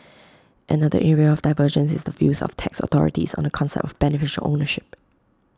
another area of divergence is the views of tax authorities on the concept of beneficial ownership